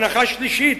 הנחה שלישית,